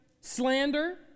slander